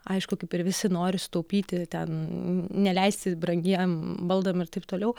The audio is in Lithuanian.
aišku kaip ir visi nori sutaupyti ten neleisti brangiem baldam ir taip toliau